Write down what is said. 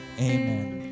amen